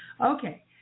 Okay